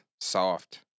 soft